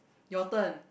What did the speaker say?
your turn